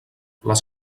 les